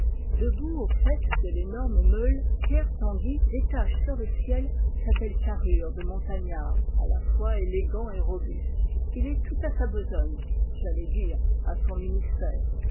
debout au faîte de l'énorme meule pierre tanguy détache sur le ciel sa belle carrure de montagnard à la fois élégant et robuste il est tout à sa besogne j'allais dire à son ministère